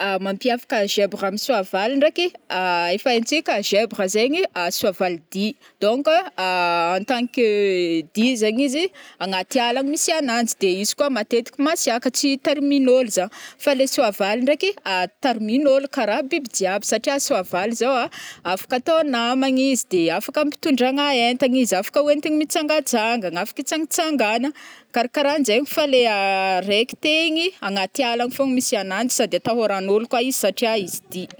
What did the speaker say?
Mampiavaka zèbre amingny soavaly ndraiky efa haintsika zèbre zegny soavaly di donc en tant que dia zegny izy agnaty ala misy agnanjy, de izy koa matetika masiaka tsy tarimign'ôlo za fa le soavaly ndraiky tarimign'ôlo kara biby jiaby satria soavaly zao a afaka atao namagna izy de afaka ampitondrana entagna izy afaka oentigny mitsangatsangana afaka itsangatsangana karakaranjegny fa le araiky te igny anaty ala fogna misy ananjy sady atahoran'ôlo koa izy satria izy dia.